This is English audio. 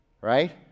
Right